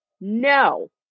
no